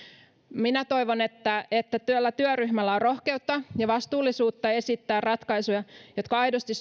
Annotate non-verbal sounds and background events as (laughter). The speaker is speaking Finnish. minä toivon että että tällä työryhmällä on rohkeutta ja vastuullisuutta esittää ratkaisuja jotka aidosti (unintelligible)